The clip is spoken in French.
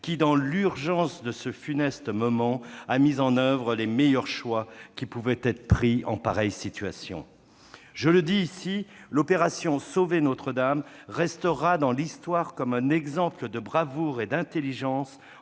qui, dans l'urgence de ce funeste moment, a mis en oeuvre les meilleurs choix qui pouvaient être pris en pareille situation. Je le dis ici : l'opération « Sauver Notre-Dame » restera dans l'histoire comme un exemple de bravoure et d'intelligence